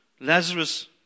Lazarus